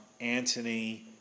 Antony